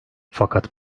fakat